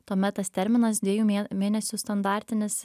tuomet tas terminas dviejų mė mėnesių standartinis